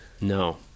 No